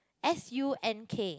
S U N K